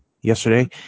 yesterday